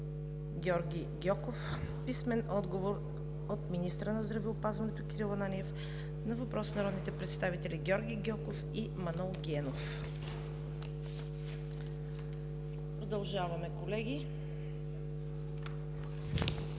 Георги Гьоков; - министъра на здравеопазването Кирил Ананиев на въпрос от народните представители Георги Гьоков и Манол Генов. Продължаваме, колеги.